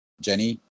Jenny